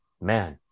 man